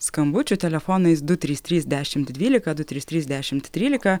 skambučių telefonais du trys trys dešimt dvylika du trys trisdešimt trylika